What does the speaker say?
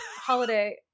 holiday